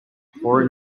poorer